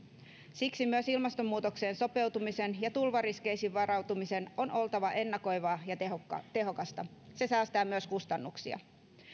siksi myös ilmastonmuutokseen sopeutumisen ja tulvariskeihin varautumisen on oltava ennakoivaa ja tehokasta se säästää myös kustannuksia